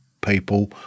people